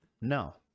No